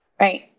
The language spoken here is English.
Right